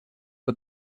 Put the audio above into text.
but